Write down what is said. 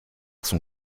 son